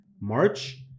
March